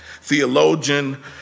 Theologian